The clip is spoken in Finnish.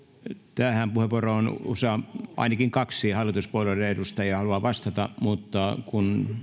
tähän puheenvuoroon ainakin kaksi hallituspuolueiden edustajaa haluaa vastata mutta kun